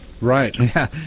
Right